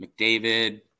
McDavid